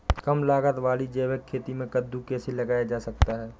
कम लागत वाली जैविक खेती में कद्दू कैसे लगाया जा सकता है?